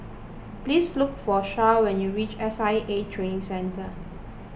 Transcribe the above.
please look for Sharyl when you reach S I A Training Centre